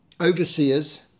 overseers